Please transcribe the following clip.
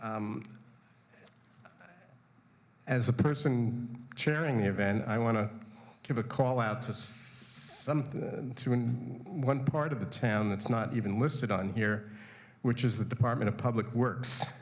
one as a person chairing the event i want to give a call out to one part of the town that's not even listed on here which is the department of public works